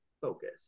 focus